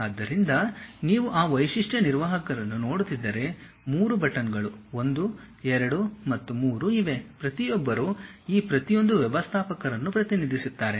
ಆದ್ದರಿಂದ ನೀವು ಆ ವೈಶಿಷ್ಟ್ಯ ನಿರ್ವಾಹಕರನ್ನು ನೋಡುತ್ತಿದ್ದರೆ 3 ಬಟನ್ಗಳು 1 2 ಮತ್ತು 3 ಇವೆ ಪ್ರತಿಯೊಬ್ಬರೂ ಈ ಪ್ರತಿಯೊಂದು ವ್ಯವಸ್ಥಾಪಕರನ್ನು ಪ್ರತಿನಿಧಿಸುತ್ತಾರೆ